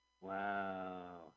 Wow